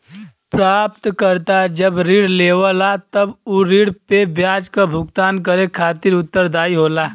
प्राप्तकर्ता जब ऋण लेवला तब उ ऋण पे ब्याज क भुगतान करे खातिर उत्तरदायी होला